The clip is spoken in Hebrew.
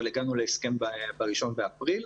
אבל הגענו להסכם ב-1 באפריל,